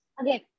Again